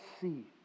see